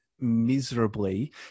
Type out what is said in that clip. Miserably